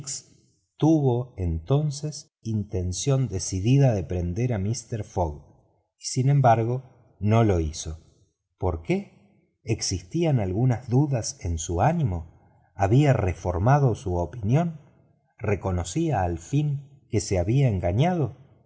tuvo entonces intención decidida de prender a mister fogg y sin embargo no lo hizo por qué existían dudas en su ánimo reconocía al fin que se había engañado